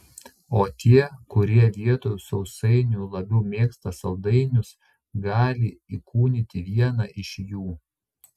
o tie kurie vietoj sausainių labiau mėgsta saldainius gali įkūnyti vieną iš jų